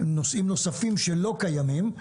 נושאים נוספים שלא קיימים.